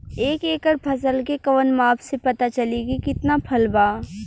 एक एकड़ फसल के कवन माप से पता चली की कितना फल बा?